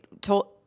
told